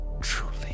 truly